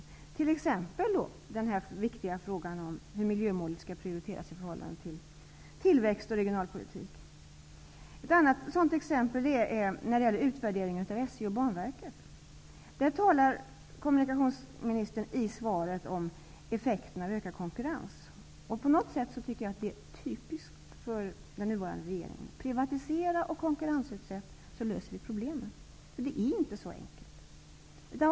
Det gäller t.ex. den viktiga frågan hur miljömålet skall prioriteras i förhållande till tillväxt och regionalpolitik. Ett annat exempel är utvärderingen av SJ och Banverket. Kommunikationsministern talar i svaret om effekten av ökad konkurrens. På något sätt tycker jag att det är typiskt för den nuvarande regeringen -- privatisera och konkurrensutsätt, så löser vi problemen. Men det är inte så enkelt.